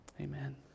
Amen